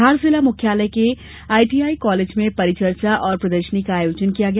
धार जिला मुख्यालय के आईटीआई कॉलेज में परिचर्चा और प्रदर्शनी का आयोजन किया गया